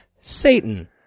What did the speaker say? Satan